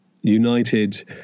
United